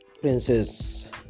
princess